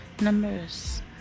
numbers